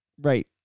Right